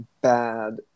bad